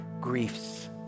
griefs